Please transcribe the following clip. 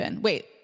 wait